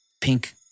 pink